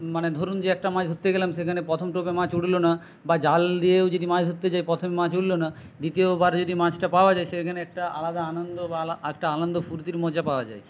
মানে ধরুন যে একটা মাছ ধরতে গেলাম সেখানে প্রথম টোপে মাছ উঠল না বা জাল দিয়েও যদি মাছ ধরতে যাই প্রথমে মাছ উঠল না দ্বিতীয়বারে যদি মাছটা পাওয়া যায় সেখানে একটা আলাদা আনন্দ বা একটা আনন্দ ফুর্তির মজা পাওয়া যায়